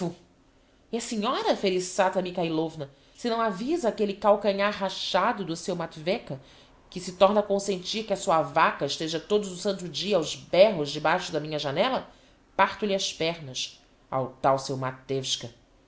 e a senhora felissata mikhailovna se não avisa aquelle calcanhar rachado do seu matvehka que se torna a consentir que a sua vacca esteja todo o santo dia aos bérros debaixo da minha janéla parto lhe as pernas ao tal seu